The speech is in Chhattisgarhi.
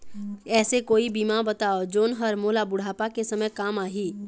ऐसे कोई बीमा बताव जोन हर मोला बुढ़ापा के समय काम आही?